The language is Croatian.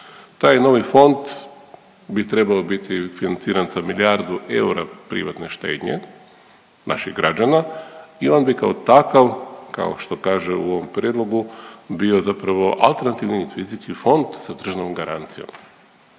Taj novi fond bi trebao biti financiran sa milijardu eura privatne štednje naših građana i on bi kao takav, kao što kaže u ovom prijedlogu bio zapravo alternativni investicijski fond sa tržnom garancijom.